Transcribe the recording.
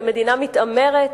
כמדינה מתעמרת,